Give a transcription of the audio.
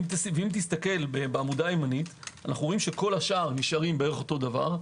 כל השאר נשארים בערך אותו דבר.